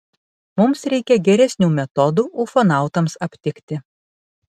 mums reikia geresnių metodų ufonautams aptikti